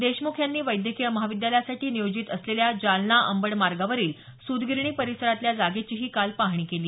देशमुख यांनी वैद्यकीय महाविद्यालयासाठी नियोजित असलेल्या जालना अंबड मार्गावरील सूतगिरणी परिसरातल्या जागेचीही काल पाहणी केली